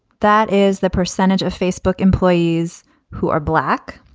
that is the percentage of facebook employees who are black.